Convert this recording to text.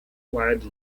wild